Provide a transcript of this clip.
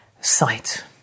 sight